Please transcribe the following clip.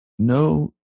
No